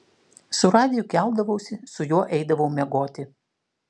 su radiju keldavausi su juo eidavau miegoti